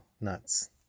nuts